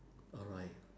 alright